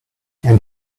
and